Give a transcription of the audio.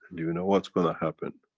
you know what's gonna happen?